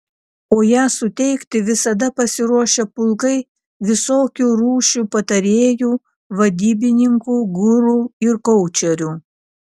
o ją suteikti visada pasiruošę pulkai visokių rūšių patarėjų vadybininkų guru ir koučerių